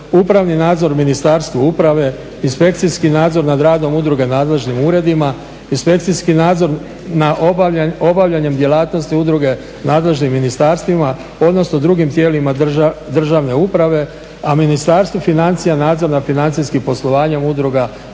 upravni nadzor Ministarstvu uprave, inspekcijski nadzor nad radom udruga nadležnim uredima, inspekcijski nadzor nad obavljanjem djelatnosti udruge nadležnim ministarstvima odnosno drugim tijelima državne uprave, a Ministarstvu financija nadzor nad financijskim poslovanjem udruga i